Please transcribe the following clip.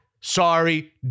sorry